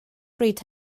bryd